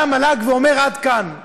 באה המל"ג ואומרת: עד כאן,